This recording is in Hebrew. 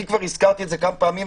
אני כבר הזכרתי את זה כמה פעמים.